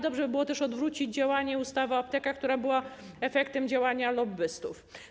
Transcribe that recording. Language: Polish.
Dobrze byłoby też odwrócić działanie ustawy o aptekach, która była efektem działania lobbystów.